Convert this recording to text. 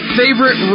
favorite